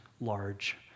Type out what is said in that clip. large